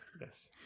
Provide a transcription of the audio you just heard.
yes